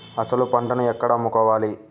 అసలు పంటను ఎక్కడ అమ్ముకోవాలి?